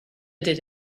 did